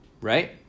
right